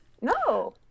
No